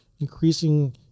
increasing